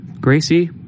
gracie